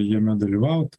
jame dalyvaut